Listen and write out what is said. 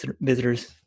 visitors